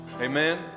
Amen